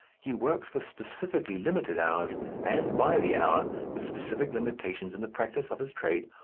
he works for specifically limited hours and by the hour with specific limitations in the practice of his trade,